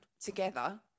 together